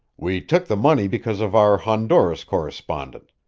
we took the money because of our honduras correspondent,